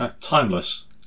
Timeless